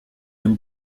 dem